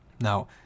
Now